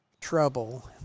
trouble